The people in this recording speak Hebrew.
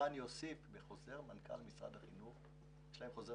אני אוסיף שבחוזר מנכ"ל משרד החינוך יש חוזר